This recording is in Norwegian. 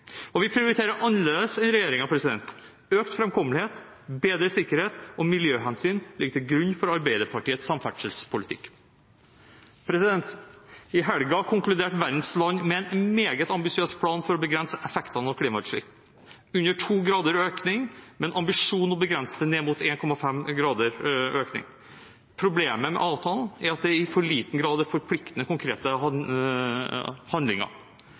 regjeringen. Vi prioriterer annerledes enn regjeringen. Økt framkommelighet, bedre sikkerhet og miljøhensyn ligger til grunn for Arbeiderpartiets samferdselspolitikk. I helgen konkluderte verdens land med en meget ambisiøs plan for å begrense effektene av klimautslipp: under 2 grader økning, med en ambisjon om å begrense ned mot 1,5 grader økning. Problemet med avtalen er at det i for liten grad er forpliktende konkrete handlinger.